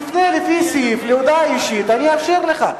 תפנה לפי הסעיף להודעה אישית, אני אאפשר לך.